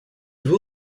veut